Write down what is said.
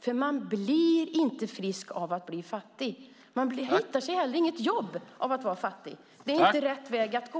Människor blir inte friska av att bli fattiga. De hittar heller inget jobb genom att vara fattiga. Det är inte rätt väg att gå.